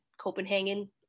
Copenhagen